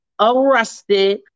arrested